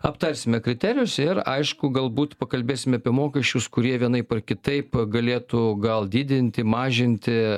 aptarsime kriterijus ir aišku galbūt pakalbėsim apie mokesčius kurie vienaip ar kitaip galėtų gal didinti mažinti